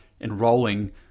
enrolling